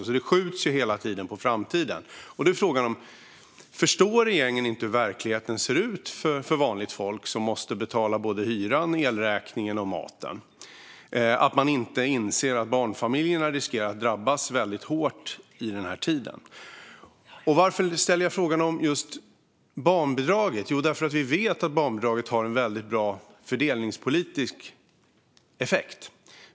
Det skjuts hela tiden på framtiden. Förstår inte regeringen hur verkligheten ser ut för vanligt folk som måste betala både hyran, elräkningen och maten? Inser man inte att barnfamiljerna riskerar att drabbas väldigt hårt den här tiden? Varför ställer jag en fråga om just barnbidraget? Jo, därför att vi vet att barnbidraget har en väldigt bra fördelningspolitisk effekt.